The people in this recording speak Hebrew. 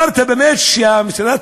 חטיבת הקרקע שעליה